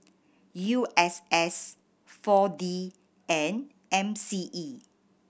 U S S Four D and M C E